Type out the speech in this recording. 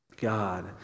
God